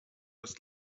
das